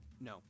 no